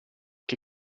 che